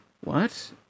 What